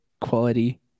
quality